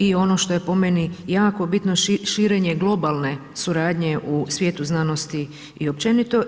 I ono što je po meni jako bitno širenje globalne suradnje u svijetu znanosti i općenito.